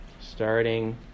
starting